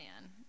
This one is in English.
man